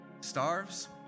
starves